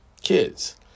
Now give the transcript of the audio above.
Kids